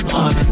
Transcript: on